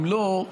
אם לא,